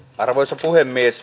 arvoisa puhemies